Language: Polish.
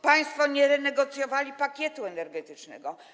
Państwo nie renegocjowali pakietu energetycznego.